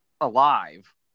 alive